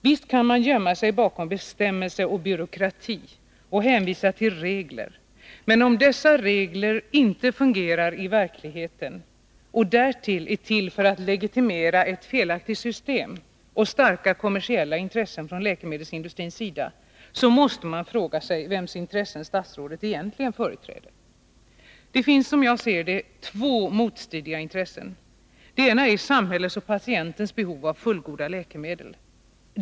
Visst kan man gömma sig bakom bestämmelser och byråkrati och hänvisa till regler, men om dessa regler inte fungerar i verkligheten och därtill är till för att legitimera ett felaktigt system och starka kommersiella intressen från läkemedelsindustrins sida, så måste man fråga sig vems intressen statsrådet egentligen företräder. Det finns som jag ser det två motstridiga intressen. Det ena är samhällets och patientens behov av fullgoda läkemedel.